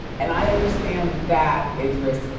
and i understand that, idris,